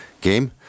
game